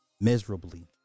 miserably